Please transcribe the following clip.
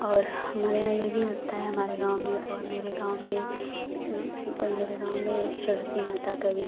और हमारे यहाँ यह भी होता है हमारे गाँव में और मेरे गाँव में और मेरे गाँव में सरस्वती माता की भी